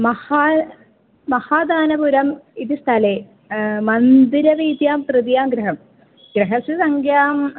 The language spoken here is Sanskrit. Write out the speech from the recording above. महाल् महादानपुरम् इति स्थलं मन्दिरवीथ्यां तृतीयं गृहं गृहस्य सङ्ख्या